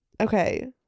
Okay